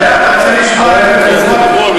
עלוב.